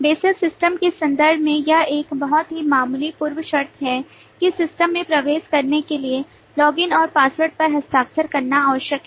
बेशक सिस्टम के संदर्भ में यह एक बहुत ही मामूली पूर्व शर्त है कि सिस्टम में प्रवेश करने के लिए लॉगिन और पासवर्ड पर हस्ताक्षर करना आवश्यक है